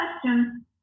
question